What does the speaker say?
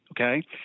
okay